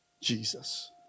Jesus